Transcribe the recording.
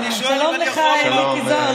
שלום לך, מיקי זוהר.